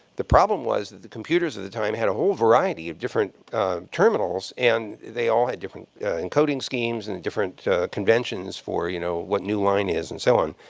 the problem was that the computers at the time had a whole variety of different terminals, and they all had different encoding schemes and different conventions for you know what new line is and so on.